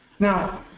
now,